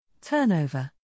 Turnover